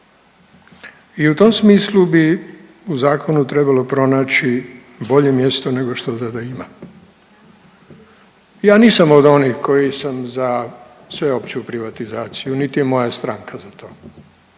i u tom smislu bi u zakonu trebalo pronaći bolje mjesto nego što sada ima. Ja nisam od onih koji sam za sveopću privatizaciju, niti je moja stranka za to